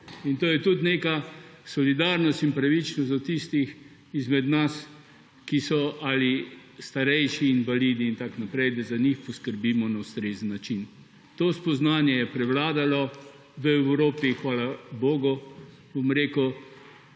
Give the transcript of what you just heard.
In to je tudi neka solidarnost in pravičnost do tistih izmed nas, ki so ali starejši, invalidi in tako naprej, da za njih poskrbimo na ustrezen način. To spoznanje je prevladalo v Evropi, hvala bogu, bom rekel,